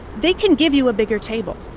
they can give you a bigger table.